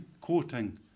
quoting